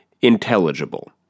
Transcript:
intelligible